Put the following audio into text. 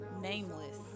Nameless